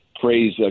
praise